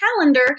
calendar